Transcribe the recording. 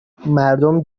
مردم